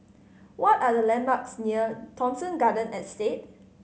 what are the landmarks near Thomson Garden Estate